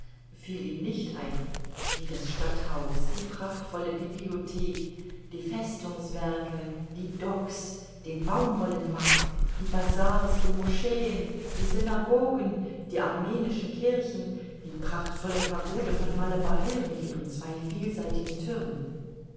fiel ihm nicht ein wie das stadthaus die prachtvolle bibliothek die festungswerke die docks den baumwollenmarkt die bazars die moscheen die synagogen die armenischen kirchen die prachtvolle pagode von malebar hill mit ihren zwei vielseitigen thürmen